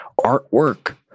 artwork